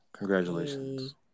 Congratulations